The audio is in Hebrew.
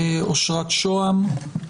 אשרת שהם,